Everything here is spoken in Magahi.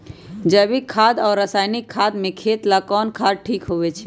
जैविक खाद और रासायनिक खाद में खेत ला कौन खाद ठीक होवैछे?